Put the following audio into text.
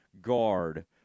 guard